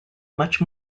much